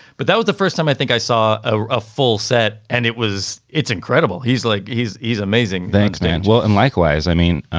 but that was the first time i think i saw a full set. and it was it's incredible. he's like he's he's amazing thanks, man. well, and likewise, i mean,